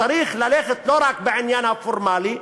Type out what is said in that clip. צריך ללכת לא רק בעניין הפורמלי,